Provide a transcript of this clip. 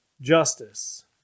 justice